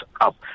up